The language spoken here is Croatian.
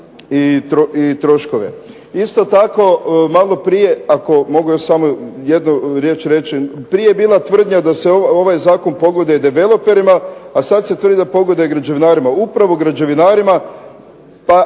i troškove. Isto tako, malo prije ako mogu još samo jednu riječ reći prije je bila tvrdnja da se ovaj zakon pogoduje developerima, a sad se tvrdi da pogoduje građevinarima. Upravo građevinarima, pa